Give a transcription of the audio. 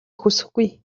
хүсэхгүй